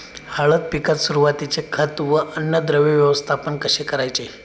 हळद पिकात सुरुवातीचे खत व अन्नद्रव्य व्यवस्थापन कसे करायचे?